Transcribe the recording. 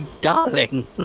Darling